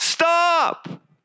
Stop